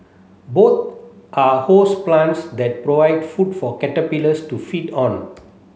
both are host plants that provide food for caterpillars to feed on